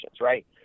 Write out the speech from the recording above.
right